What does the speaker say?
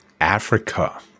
Africa